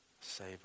save